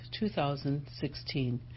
2016